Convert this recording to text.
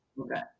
Okay